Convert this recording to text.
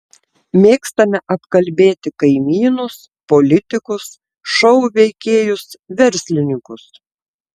mėgstame apkalbėti kaimynus politikus šou veikėjus verslininkus